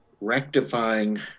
rectifying